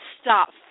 Stop